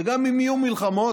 וגם אם יהיו מלחמות,